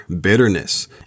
bitterness